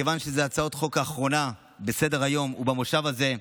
מכיוון שזו הצעת החוק האחרונה בסדר-היום ובמושב הזה,